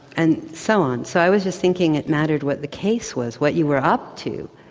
and so on. so i was just thinking it mattered what the case was, what you were up to.